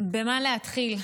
במה להתחיל,